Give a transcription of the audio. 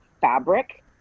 fabric